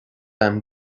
agam